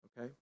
Okay